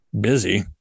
Busy